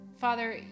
Father